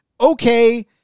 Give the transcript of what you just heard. okay